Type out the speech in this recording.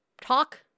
talk